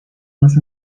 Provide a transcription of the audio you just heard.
más